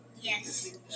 Yes